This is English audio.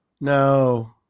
No